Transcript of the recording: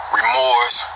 remorse